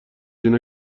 اینا